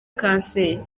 cancer